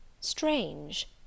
Strange